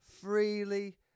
Freely